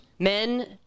Men